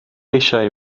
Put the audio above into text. eisiau